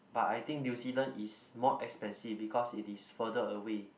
but I think New-Zealand is more expensive because it is further away